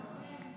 אילת?